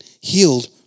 healed